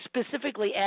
specifically